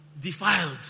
defiled